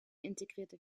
integrierte